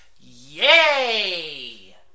yay